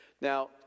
Now